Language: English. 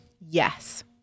Yes